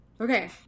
okay